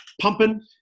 pumping